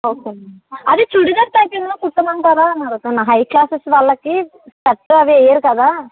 okay madam అది churidar type ఏమన్న కుట్టమంటారా అని అడుగుతున్నాను హై క్లాసెస్ వాళ్ళకి షర్ట్ అవి వేయరు కదా